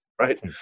Right